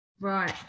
Right